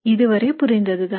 இதுவரை புரிந்தது தானே